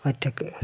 ഒറ്റയ്ക്ക്